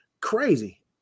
crazy